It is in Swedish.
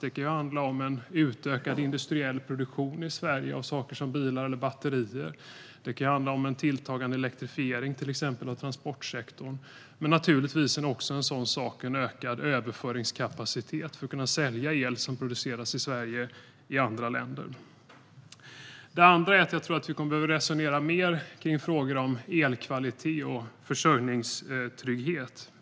Det kan handla om en utökad industriell produktion i Sverige av saker som bilar eller batterier. Det kan handla om en tilltagande elektrifiering, till exempel av transportsektorn. Men det handlar naturligtvis också om en ökad överföringskapacitet för att kunna sälja el som produceras i Sverige till andra länder. Det andra är att jag tror att vi kommer att behöva resonera mer kring frågor om elkvalitet och försörjningstrygghet.